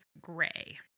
Gray